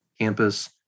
campus